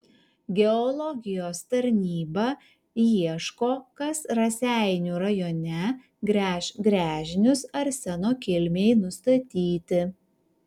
geologijos tarnyba ieško kas raseinių rajone gręš gręžinius arseno kilmei nustatyti